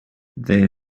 their